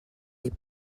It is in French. les